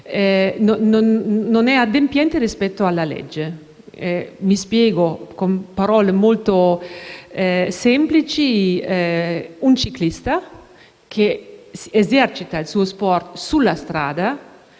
adempiente rispetto alla legge. Mi spiego con parole molto semplici. Pensiamo a un ciclista che esercita il suo sport sulla strada,